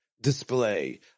display